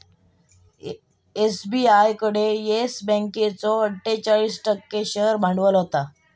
SBI कडे yes बँकेचो अट्ठोचाळीस टक्को शेअर भांडवल होता